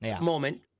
moment